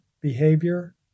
behavior